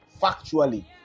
factually